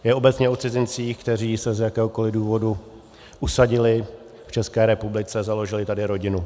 Je obecně o cizincích, kteří se z jakéhokoliv důvodu usadili v České republice a založili tady rodinu.